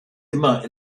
immer